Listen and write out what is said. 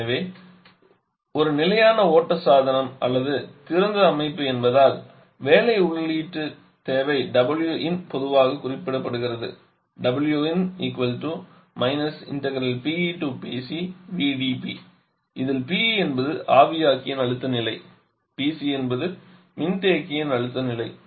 எனவே இது ஒரு நிலையான ஓட்ட சாதனம் அல்லது திறந்த அமைப்பு என்பதால் வேலை உள்ளீட்டுத் தேவை Win பொதுவாக குறிப்பிடப்படுகிறது இதில் PE என்பது ஆவியாக்கியின் அழுத்த நிலை PC என்பது மின்தேக்கியின் அழுத்த நிலை